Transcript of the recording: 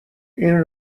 این